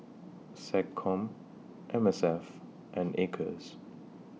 Seccom M S F and Acres